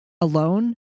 alone